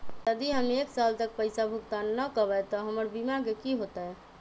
यदि हम एक साल तक पैसा भुगतान न कवै त हमर बीमा के की होतै?